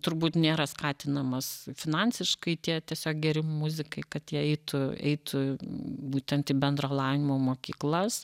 turbūt nėra skatinamas finansiškai tie tiesiog geri muzikai kad jie eitų eitų būtent į bendro lavinimo mokyklas